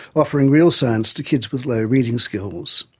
offering real science to kids with low reading skills.